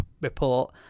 report